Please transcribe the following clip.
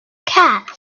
cat